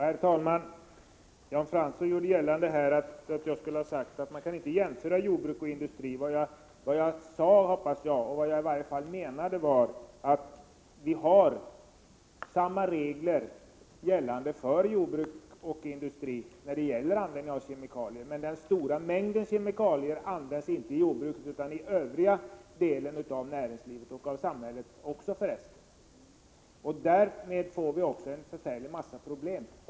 Herr talman! Jan Fransson gjorde gällande att jag här skulle ha sagt att man inte kan jämföra jordbruk och industri. Vad jag sade var att vi i dag, när det gäller användningen av kemikalier, har samma regler för jordbruk och industri. Det var i alla fall vad jag menade. Den stora mängden kemikalier används inte i jordbruket, utan i övriga delen av näringslivet — och samhället. Därigenom skapas förfärligt många problem.